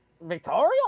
Victoria